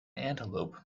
antelope